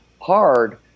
hard